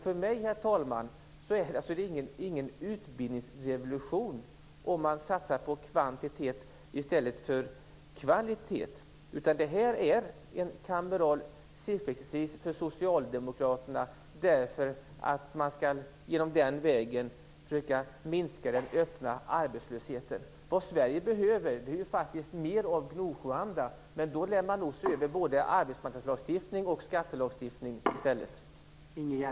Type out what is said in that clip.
För mig, herr talman, är det ingen utbildningsrevolution om man satsar på kvantitet i stället för kvalitet. Det här är en kameral sifferexercis för Socialdemokraterna. På den vägen skall den öppna arbetslösheten minskas. Sverige behöver mer av Gnosjöanda. Men då lär man i stället se över både arbetsmarknadslagstiftningen och skattelagstiftningen.